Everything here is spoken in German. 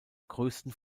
größten